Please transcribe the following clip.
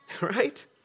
right